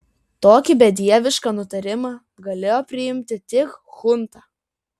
tokį bedievišką nutarimą galėjo priimti tik chunta